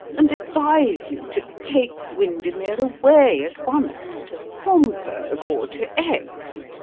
and advise you to take windermere away at once to homburg or to aix,